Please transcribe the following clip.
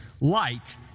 light